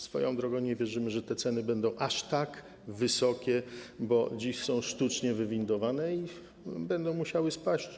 Swoją drogą nie wierzymy, że te ceny będą aż tak wysokie, bo dziś są sztucznie wywindowane i będą musiały spaść.